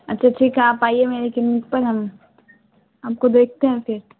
اچھا ٹھیک ہے آپ آئیے میرے کلینک پر ہم آپ کو دیکھتے ہیں پھر